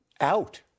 out